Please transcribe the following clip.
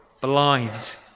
blind